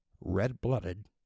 red-blooded